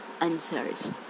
answers